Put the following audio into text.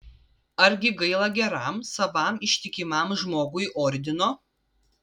argi gaila geram savam ištikimam žmogui ordino